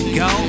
go